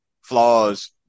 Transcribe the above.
flaws